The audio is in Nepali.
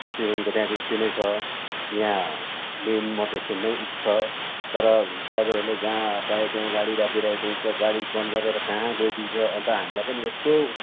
स्टेसनको त्यहाँको स्ट्यान्डै छ यहाँ मेन मोटर स्ट्यान्ड पनि छ तर ड्राइभरहरूले जहाँ पायो त्यहीँ गाडी राखिराखेको हुन्छ गाडी बन्द गरेर कहाँ गइदिन्छ अन्त हामीलाई पनि यस्तो